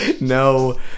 no